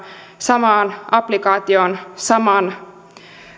samaan applikaatioon saman